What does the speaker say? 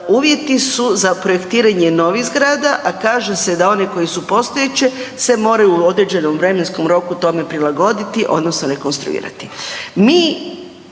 uvjeti su za projektiranje novih zgrada, a kaže se da oni koje su postojeće se moraju u određenom vremenskom roku tome prilagoditi odnosno rekonstruirati.